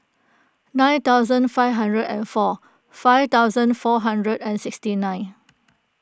nine thousand five hundred and four five thousand four hundred and sixty nine